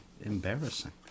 embarrassing